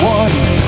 one